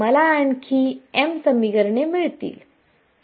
मला आणखी m समीकरणे मिळतील